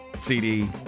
CD